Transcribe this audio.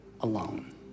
alone